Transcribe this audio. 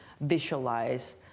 visualize